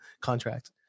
contract